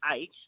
eight